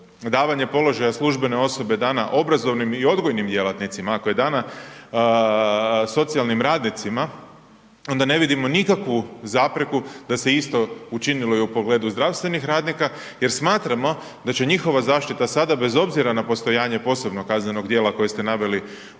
davanje položaja službene osobe dana obrazovnim i odgojnim djelatnicima, ako je dana socijalnim radnicima, onda ne vidimo nikakvu zapreku da se isto učinilo i u pogledu zdravstvenih radnika jer smatramo da će njihova zaštita sada bez obzira na postojanje posebnog kaznenog djela koje ste naveli u